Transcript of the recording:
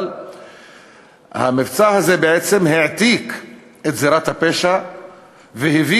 אבל המבצע הזה בעצם העתיק את זירת הפשע והביא